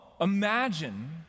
imagine